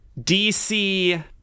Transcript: DC